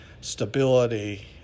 stability